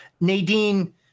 Nadine